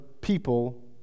people